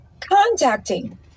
contacting